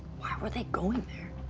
why were they going